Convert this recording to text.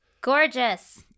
Gorgeous